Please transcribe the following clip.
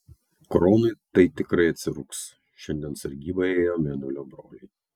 kronui tai tikrai atsirūgs šiandien sargybą ėjo mėnulio broliai